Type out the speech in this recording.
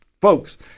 folks